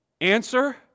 Answer